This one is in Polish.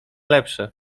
lepsze